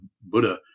Buddha